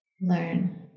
learn